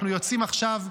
אנחנו יוצאים עכשיו,